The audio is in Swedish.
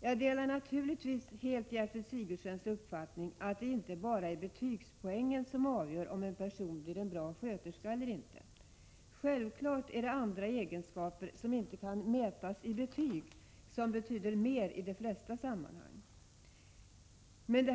Jag delar naturligtvis helt Gertrud Sigurdsens uppfattning att det inte bara är betygspoängen som avgör om en person blir en bra sköterska eller inte. Självfallet är det andra egenskaper, som inte kan mätas i betyg, som i de flesta sammanhang betyder mer.